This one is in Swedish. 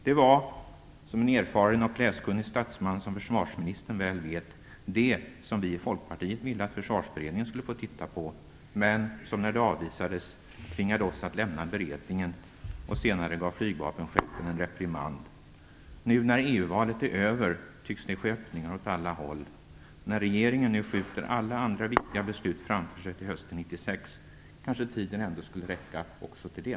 Det var, som en erfaren och läskunnig statsman som försvarsministern väl vet, det vi i Folkpartiet ville att Försvarsberedningen skulle få titta på, men som när det avvisades tvingade oss att lämna beredningen och som senare gav flygvapenchefen en reprimand. Nu när EU-valet är över tycks det ske öppningar åt alla håll. När regeringen nu skjuter alla andra viktiga beslut framför sig till hösten 1996 kanske tiden ändå skulle räcka även till det.